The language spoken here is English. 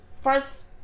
first